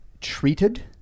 treated